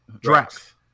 Drax